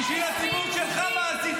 מה עשית?